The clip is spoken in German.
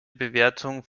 bewertung